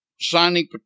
Signing